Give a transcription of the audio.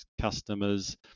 customers